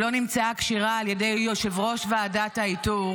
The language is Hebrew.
שלא נמצאה כשירה על ידי יושב-ראש ועדת האיתור